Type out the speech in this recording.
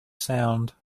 sound